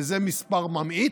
וזה מספר ממעיט.